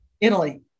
Italy